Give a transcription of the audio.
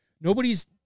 nobody's